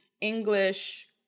English